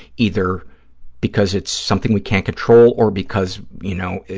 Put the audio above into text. either because it's something we can't control or because, you know,